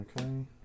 Okay